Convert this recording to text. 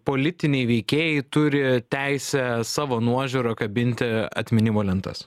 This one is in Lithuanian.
politiniai veikėjai turi teisę savo nuožiūra kabinti atminimo lentas